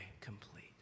complete